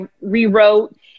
rewrote